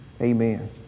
Amen